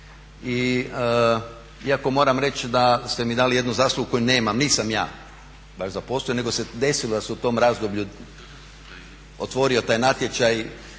Iako moram reći da ste mi dali jednu zaslugu koju nemam, nisam ja, baš zaposlio, nego se desilo da se u tom razdoblju otvorio taj natječaj.